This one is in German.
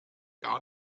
gar